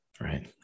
Right